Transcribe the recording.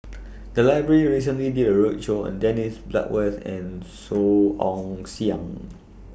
The Library recently did A roadshow on Dennis Bloodworth and Song Ong Siang